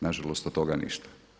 Na žalost od toga ništa.